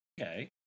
Okay